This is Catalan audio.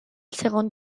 segon